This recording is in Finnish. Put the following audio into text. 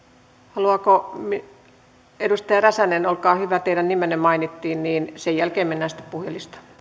edustaja räsänen olkaa hyvä teidän nimenne mainittiin sen jälkeen mennään sitten puhujalistaan